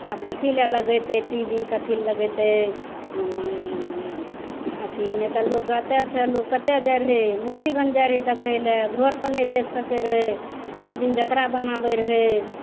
आब कथी लए लगेतय टी वी कथी लए लगेतय अथी अइमे तऽ लोग कतहुँसँ लोग कतहु जाय रहय मुरलीगंज जाय रहय देखय लए घरपर नहि देख सकय रहय एक दिन जतरा बनाबय रहय